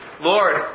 Lord